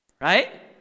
Right